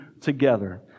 together